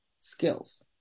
skills